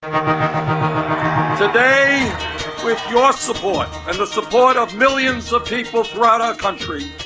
um today with your support and the support of millions of people throughout our country,